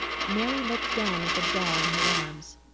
mary looked down at the doll in her arms,